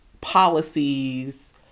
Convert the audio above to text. policies